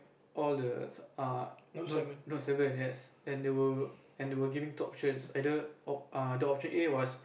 all the uh Note no seven yes and they were they were giving two options either or (err)the option A was